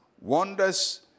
wonders